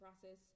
process